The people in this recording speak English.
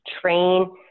train